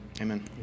Amen